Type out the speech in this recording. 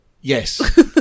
Yes